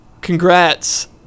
congrats